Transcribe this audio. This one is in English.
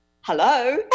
Hello